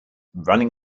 running